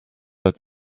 att